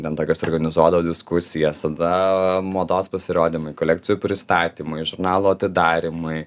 ten tokias organizuodavo diskusijas tada mados pasirodymai kolekcijų pristatymai žurnalo atidarymai